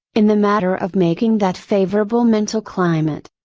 in the matter of making that favorable mental climate.